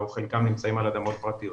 או חלקם נמצאים על אדמות פרטיות